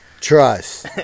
Trust